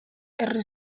erre